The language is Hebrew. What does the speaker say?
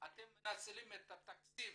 אתם מנצלים את התקציב,